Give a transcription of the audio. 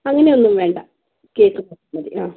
അങ്ങനെ ഒന്നും വേണ്ട കേക്ക് മാത്രം മതി ആ